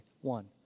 One